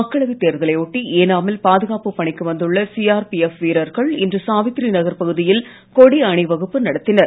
மக்களவை தேர்தலை ஒட்டி ஏனாமில் பாதுகாப்புப் பணிக்கு வந்துள்ள சிஆர்பிஎஃப் வீரர்கள் இன்று சாவித்ரி நகர் பகுதியில் கொடி அணிவகுப்பு நடத்தினர்